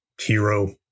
hero